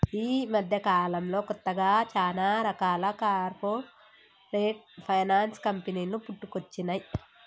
యీ మద్దెకాలంలో కొత్తగా చానా రకాల కార్పొరేట్ ఫైనాన్స్ కంపెనీలు పుట్టుకొచ్చినై